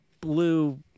blue